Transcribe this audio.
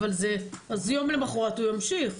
אז יום למחרת הוא ימשיך.